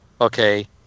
okay